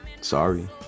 sorry